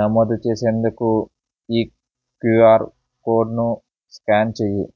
నమోదు చేసేందుకు ఈ క్యూఆర్ కోడ్ను స్కాన్ చెయ్యి